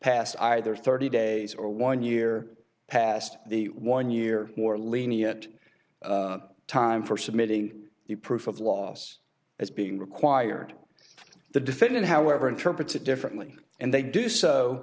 passed either thirty days or one year past the one year more lenient time for submitting the proof of loss as being required the defendant however interprets it differently and they do so